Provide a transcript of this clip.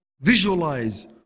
visualize